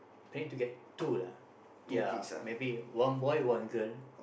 planning to get two lah ya maybe one boy one girl